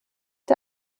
der